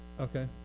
Okay